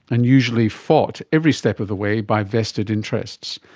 and usually fought every step of the way by vested interests.